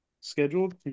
Scheduled